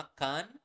makan